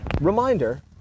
reminder